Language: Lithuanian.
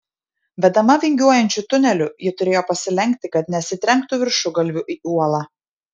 vedama vingiuojančiu tuneliu ji turėjo pasilenkti kad nesitrenktų viršugalviu į uolą